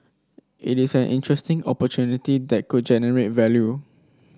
it is an interesting opportunity that could generate value